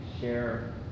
share